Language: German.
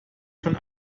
von